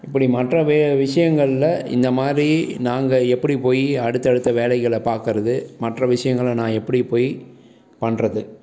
இப்படி மற்ற வே விஷயங்கள்ல இந்த மாதிரி நாங்கள் எப்படி போய் அடுத்த அடுத்த வேலைகளை பார்க்கறது மற்ற விஷயங்கள நான் எப்படி போய் பண்ணுறது